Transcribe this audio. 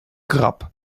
krab